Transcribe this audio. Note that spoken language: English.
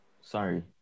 sorry